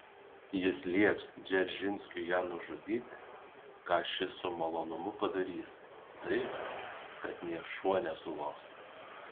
jis lieps dzeržinskiui ją nužudyti ką šis su malonumu padarys taip kad nė šuo nesulos